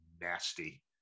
nasty